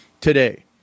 today